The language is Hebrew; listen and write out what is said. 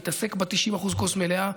להתעסק ב-90% בכוס המלאה,